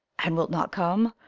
and wilt not come?